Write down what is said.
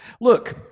Look